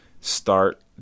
start